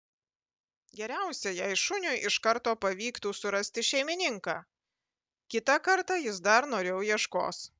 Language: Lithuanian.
geriausia jei šuniui iš karto pavyktų surasti šeimininką kitą kartą jis dar noriau ieškos